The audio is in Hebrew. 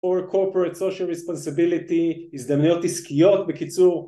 or corporate social responsibility, הזדמנויות עסקיות בקיצור